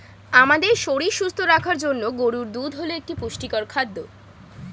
আমাদের শরীর সুস্থ রাখার জন্য গরুর দুধ হল একটি পুষ্টিকর খাদ্য